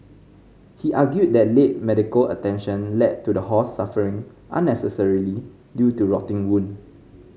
he argued that late medical attention led to the horse suffering unnecessarily due to rotting wound